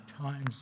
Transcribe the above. times